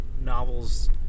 Novels